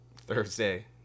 Thursday